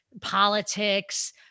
politics